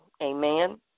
Amen